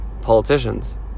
politicians